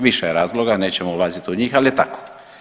Više je razloga nećemo ulaziti u njih, ali je tako.